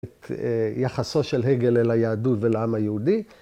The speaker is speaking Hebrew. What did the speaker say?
‫את יחסו של הגל אל היהדות ‫ולעם היהודי.